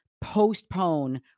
postpone